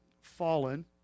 fallen